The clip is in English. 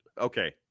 okay